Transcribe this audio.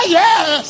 yes